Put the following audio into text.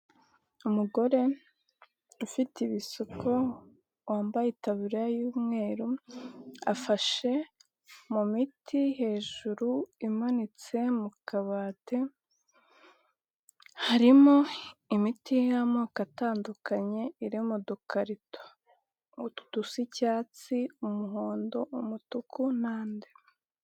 Umugore ufite ibisuko wambaye itaburiya y'umweru afashe mu miti hejuru imanitse mu kabati, harimo imiti y'amoko atandukanye iri mu dukarito udusa icyatsi, umuhondo, umutuku n'andi.